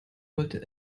wollte